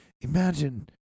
imagine